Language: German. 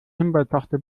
himbeertorte